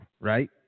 right